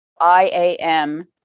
I-A-M